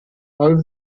over